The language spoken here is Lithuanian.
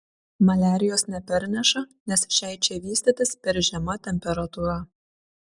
maliarijos neperneša nes šiai čia vystytis per žema temperatūra